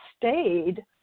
stayed